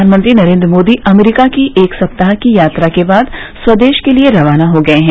प्रधानमंत्री नरेन्द्र मोदी अमरीका की एक सप्ताह की यात्रा के बाद स्वदेश के लिए रवाना हो गए हैं